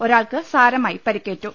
ഒരാൾക്ക് സാരമായി പരിക്കേറ്റു